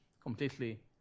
completely